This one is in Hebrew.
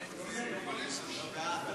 (תיקון מס' 40) (פיצול שידורים של בעל זיכיון לשידורי רדיו),